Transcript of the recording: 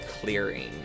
clearing